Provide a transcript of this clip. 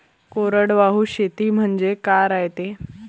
कोरडवाहू शेती म्हनजे का रायते?